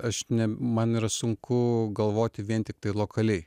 aš ne man yra sunku galvoti vien tiktai lokaliai